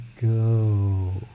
go